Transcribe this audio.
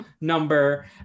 number